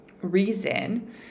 reason